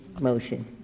motion